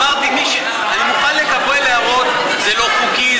אמרתי שאני מוכן לקבל הערות שזה לא חוקי,